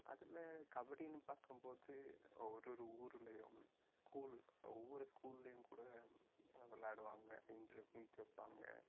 அதில் கபடின்னு பார்க்கும் போது ஒரு ஒரு ஊர்லேயும் ஸ்கூல் ஒவ்வொரு ஸ்கூல்லேயும் கூட விளாடுவாங்க இன்டர் மீட் வைப்பாங்க